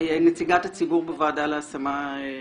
נציגת הציבור בוועדה להשמה מגדרית.